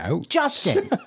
Justin